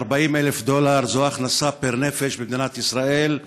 40,000 דולר זאת הכנסה פר נפש במדינת ישראל,